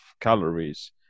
calories